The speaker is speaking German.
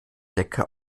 decke